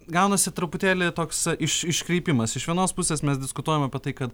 gaunasi truputėlį toks iš iškreipimas iš vienos pusės mes diskutuojam apie tai kad